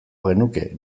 genuke